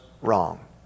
wrong